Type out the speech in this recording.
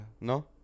No